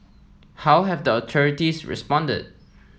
how have the authorities responded